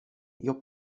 your